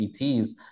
ets